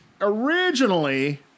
originally